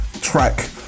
track